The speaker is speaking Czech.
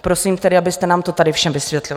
Prosím tedy, abyste nám to tady všem vysvětlil.